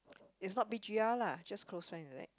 is not B G R lah just close friends is it